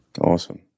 Awesome